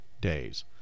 days